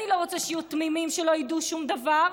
אני לא רוצה שיהיו תמימים, שלא ידעו שום דבר.